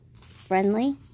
friendly